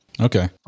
Okay